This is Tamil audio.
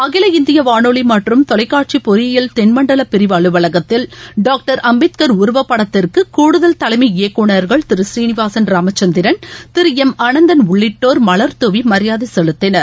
அகில இந்தியவாளொலிமற்றும் தொலைக்காட்சிபொறியியல் தென்மண்டவபிரிவு அலுவலகத்தில் டாக்டர் அம்பேத்கர் உருவப்படத்திற்குகூடுதல் தலைமை இயக்குனர்கள் திருசீனிவாசன் ராமச்சந்திரன் திருளம் ஆனந்தன் உள்ளிட்டோர் மலர் தூவிமரியாதைசெலுத்தினர்